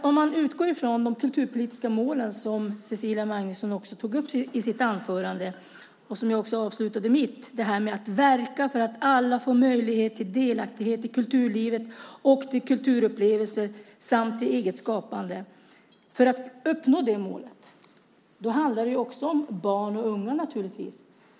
Om man utgår från det kulturpolitiska mål som Cecilia Magnusson tog upp i sitt anförande och som jag avslutade mitt med - det här med att verka för att alla får möjlighet till delaktighet i kulturlivet och till kulturupplevelser samt till eget skapande - och för att uppnå det målet handlar det naturligtvis även om barn och unga.